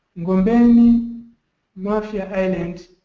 ngombeni mafia island,